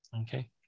Okay